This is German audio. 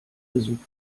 besuch